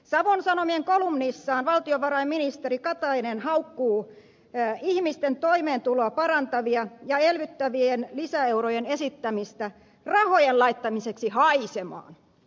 savon sanomien kolumnissaan valtiovarainministeri katainen haukkuu ihmisten toimeentuloa parantavien ja elvyttävien lisäeurojen esittämistä rahojen laittamiseksi haisemaan